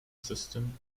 system